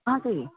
कहाँ से